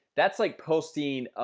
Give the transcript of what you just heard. that's like posting